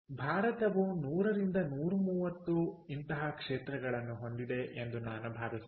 ಭಾರತವು 100 ರಿಂದ 130 ಇಂತಹ ಕ್ಷೇತ್ರಗಳನ್ನು ಹೊಂದಿದೆ ಎಂದು ನಾನು ಭಾವಿಸುತ್ತೇನೆ